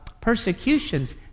persecutions